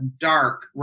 dark